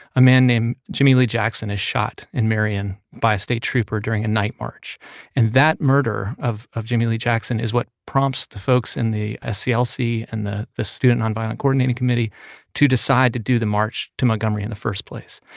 a man named jimmie lee jackson is shot in marion by a state trooper during a night march and that murder of of jimmie lee jackson is what prompts the folks in the ah sclc ah and the the student nonviolent coordinating committee to decide to do the march to montgomery in the first place.